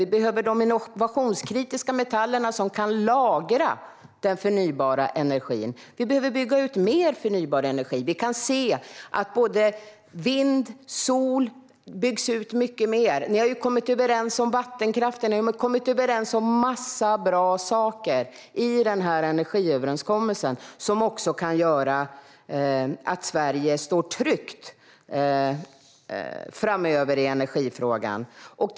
Vi behöver de innovationskritiska metallerna som kan lagra den förnybara energin. Vi behöver bygga ut mer förnybar energi. Vi kan se att både vind och solkraft byggs ut mycket mer. Ni har varit med och kommit överens om vattenkraften och en massa bra saker i energiöverenskommelsen som kan leda till att Sverige står tryggt i energifrågan framöver.